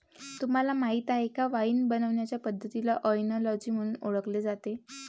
तुम्हाला माहीत आहे का वाइन बनवण्याचे पद्धतीला ओएनोलॉजी म्हणून ओळखले जाते